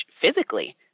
physically